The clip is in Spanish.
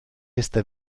este